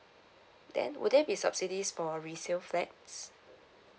then will there be subsidies for resale flats